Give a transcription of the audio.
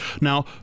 now